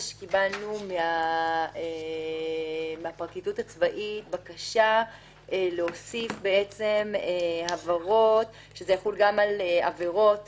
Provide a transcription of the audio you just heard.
קיבלנו מהפרקליטות הצבאית בקשה להוסיף הבהרות שזה יחול גם על עבירות